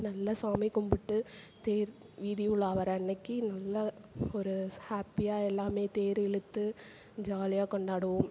நல்லா சாமி கும்பிட்டு தேர் வீதி உலா வர அன்னைக்கு நல்லா ஒரு ஹாப்பியாக எல்லாம் தேர் இழுத்து ஜாலியாக கொண்டாடுவோம்